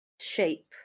shape